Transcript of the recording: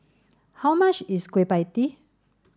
how much is Kueh Pie Tee